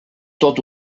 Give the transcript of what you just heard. tot